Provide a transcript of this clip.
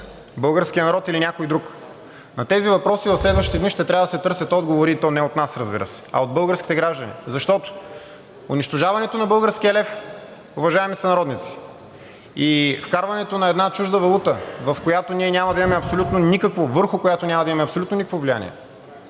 българския народ или някой друг? На тези въпроси в следващите дни ще трябва да се търсят отговори, и то не от нас, разбира се, а от българските граждани, защото унищожаването на българския лев, уважаеми сънародници, и вкарването на една чужда валута, върху която ние няма да имаме абсолютно никакво влияние, е въпрос, който касае всеки